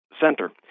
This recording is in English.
center